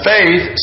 Faith